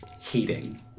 heating